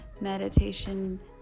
meditation